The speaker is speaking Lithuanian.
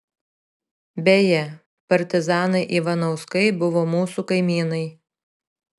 beje partizanai ivanauskai buvo mūsų kaimynai